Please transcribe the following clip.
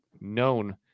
known